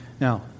Now